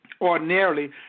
Ordinarily